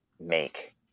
make